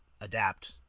adapt